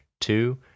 two